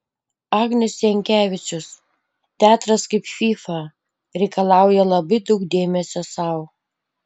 agnius jankevičius teatras kaip fyfa reikalauja labai daug dėmesio sau